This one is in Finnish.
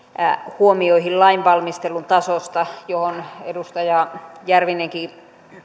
huomioihin lainvalmistelun tasosta johon edustaja järvinenkin